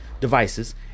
devices